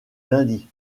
lundi